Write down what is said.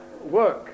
work